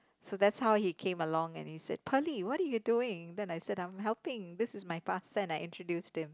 so that's how he came along and he said Pearlie what are you doing then I said I'm helping this is my past then I introduced him